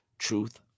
Truth